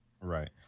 right